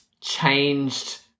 changed